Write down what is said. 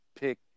pick